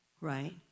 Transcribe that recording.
right